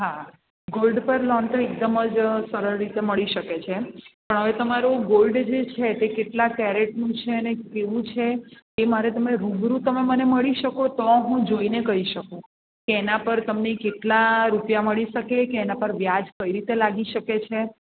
હા ગોલ્ડ પર લોન તો એકદમ જ સરળ રીતે મળી શકે છે પણ હવે તમારું ગોલ્ડ જે છે તે કેટલા કેરેટનું છે અને કેવું છે એ મારે તમે રૂબરૂ તમે મને મળી શકો તો હું જોઈને કહી શકું કે એના પર તમને કેટલા રૂપિયા મળી શકે કે એના પર વ્યાજ કઈ રીતે લાગી શકે છે